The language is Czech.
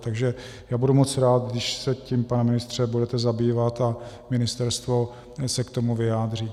Takže já budu moc rád, když se tím, pane ministře, budete zabývat a ministerstvo se k tomu vyjádří.